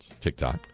TikTok